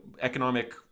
economic